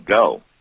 go